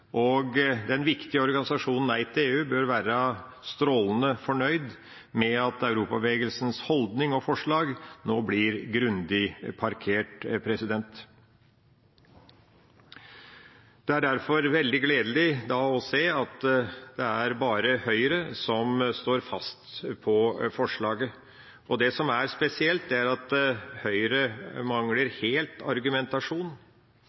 og den viktige organisasjonen Nei til EU bør være strålende fornøyd med at Europabevegelsens holdning og forslag nå blir grundig parkert. Det er derfor veldig gledelig å se at det bare er Høyre som står fast på forslaget. Og det som er spesielt, er at Høyre